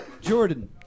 Jordan